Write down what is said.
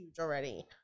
already